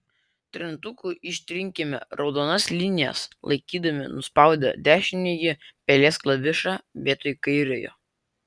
trintuku ištrinkime raudonas linijas laikydami nuspaudę dešinįjį pelės klavišą vietoj kairiojo